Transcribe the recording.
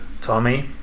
Tommy